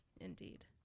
Indeed